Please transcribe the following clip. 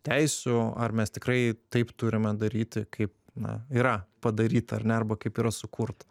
teisių ar mes tikrai taip turime daryti kaip na yra padaryta ar ne arba kaip yra sukurta